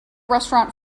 restaurant